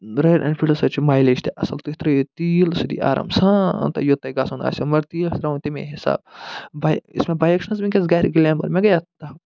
royal Enfields حظ چھُ mileage تہِ اَصٕل تُہۍ ترٛٲیِو تیٖل سُہ دِی آرام سان تۄہہِ یوٚت تۄہہِ گَژھُن آسہِ مگر تیٖل آسہِ ترٛاوُن تَمے حِساب بَے یُس مےٚ بایک چھُنَہ حظ وٕنۍکٮ۪س گَرِ گِلٮ۪مر مےٚ گٔے اتھ دَہ